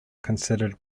considered